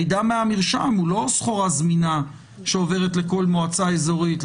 מידע מהמרשם הוא לא סחורה זמינה שעוברת לכל מועצה אזורית,